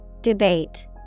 Debate